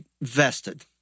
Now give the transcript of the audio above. vested